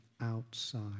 outside